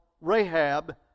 Rahab